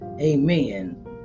amen